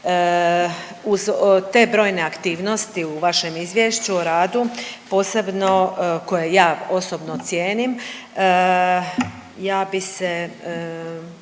te brojne aktivnosti o vašem izvješću o radu posebno koje ja osobno cijenim ja bi se